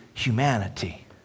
Humanity